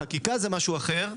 חקיקה זה משהו אחר,